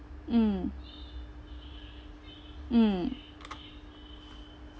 mm mm